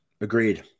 Agreed